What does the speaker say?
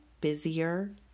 busier